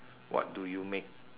what do you make